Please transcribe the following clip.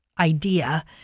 idea